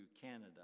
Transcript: Canada